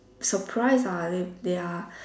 surprised are they are